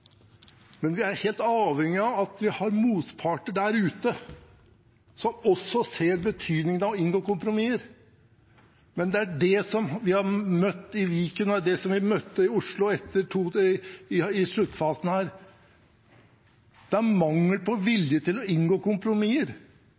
men vi er helt avhengige av at vi har motparter der ute som også ser betydningen av å inngå kompromisser. Men det vi har møtt i Viken, og det vi møtte i Oslo i sluttfasen her, er mangel på